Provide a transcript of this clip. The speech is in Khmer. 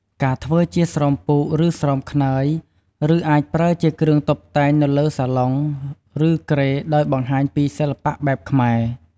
ការធ្វើជាស្រោមពូក ឬស្រោមខ្នើយ ឬអាចប្រើជាគ្រឿងតុបតែងនៅលើសាឡុង ឬគ្រែ ដោយបង្ហាញពីសិល្បៈបែបខ្មែរ។